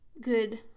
good